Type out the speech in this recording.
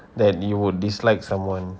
that you would dislike someone